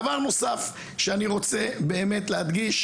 דבר נוסף שאני רוצה באמת להדגיש,